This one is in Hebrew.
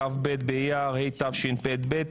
כ"ב באייר התשפ"ב,